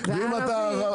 אתה מסודר, אם אתה ערבי.